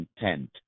intent